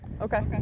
Okay